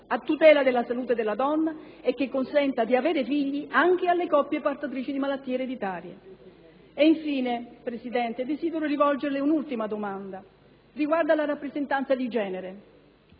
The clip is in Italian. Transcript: a tutela della salute della donna, che consenta di avere figli anche a coppie portatrici di malattie ereditarie. E, infine, Presidente, desidero rivolgerle un'ultima domanda sulla rappresentanza di genere: